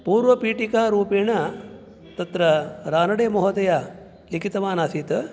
पूर्वपीटिकारूपेण तत्र राणडेमहोदयः लिखितवान् आसीत्